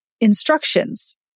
instructions